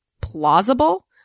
plausible